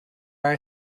are